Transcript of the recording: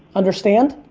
understand?